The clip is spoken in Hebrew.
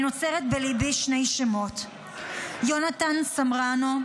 אני נוצרת בליבי שני שמות: יונתן סמרנו,